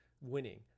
winning